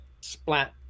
splat